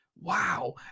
wow